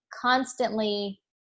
constantly